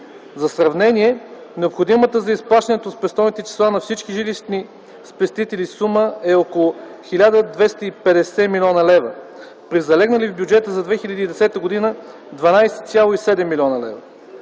За сравнение, необходимата за изплащането на спестовните числа на всички жилищни спестители сума е около 1 250 млн. лв., при залегнали в бюджета за 2010 г. – 12,7 млн. лв.